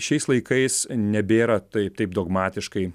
šiais laikais nebėra tai taip dogmatiškai